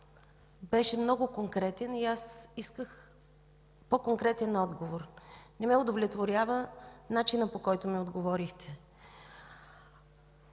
беше много конкретен и аз исках по конкретен отговор. Не ме удовлетворява начинът, по който ми отговорихте.